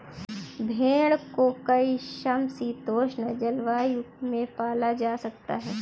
भेड़ को कई समशीतोष्ण जलवायु में पाला जा सकता है